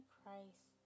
Christ